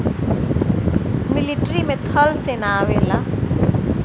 military में थल सेना आवेला